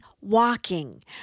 walking